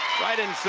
right in synch.